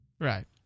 Right